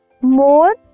more